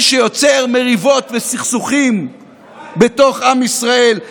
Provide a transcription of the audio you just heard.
מי שיוצר מריבות וסכסוכים בתוך עם ישראל,